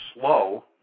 slow